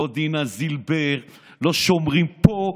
לא דינה זילבר, לא שומרים פה.